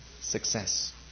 success